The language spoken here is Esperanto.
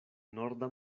norda